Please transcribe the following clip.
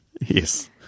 Yes